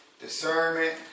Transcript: discernment